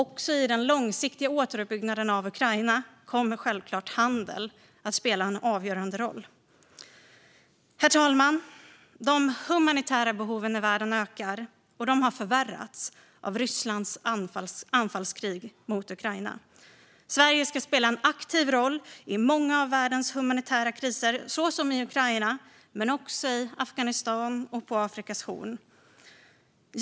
Även i den långsiktiga återuppbyggnaden av Ukraina kommer självklart handel att spela en avgörande roll. Herr talman! De humanitära behoven i världen ökar, och de har förvärrats av Rysslands anfallskrig mot Ukraina. Sverige ska spela en aktiv roll i många av världens humanitära kriser, såsom i Ukraina men också i Afghanistan och på Afrikas horn.